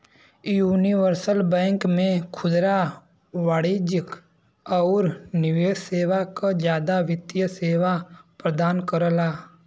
universal bank में खुदरा वाणिज्यिक आउर निवेश सेवा क जादा वित्तीय सेवा प्रदान करला